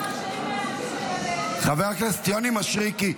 חבר הכנסת יוני מישרקי,